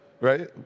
Right